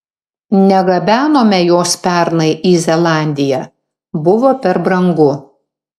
negabenome jos pernai į zelandiją buvo per brangu